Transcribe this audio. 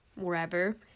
wherever